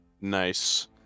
Nice